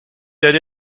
that